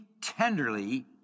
tenderly